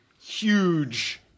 huge